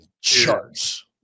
charts